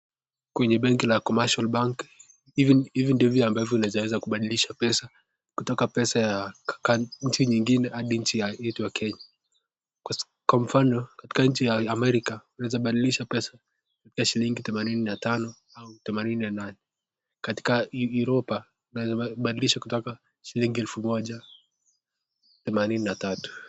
Kwenye benki ya kibiashara hivi ndivyo unaweza kubadilisha pesa ya nchi nyingine hadi chini yetu ya kenya, kwa mfano katika nchi ya America unaeza badilisha pesa kutoka shilingi themanini na tano au themanini na nane, katika yuropa unaweza badilisha kutoka shilingi elfu moja themanini na tatu.